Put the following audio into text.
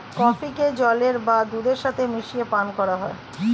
কফিকে জলের বা দুধের সাথে মিশিয়ে পান করা হয়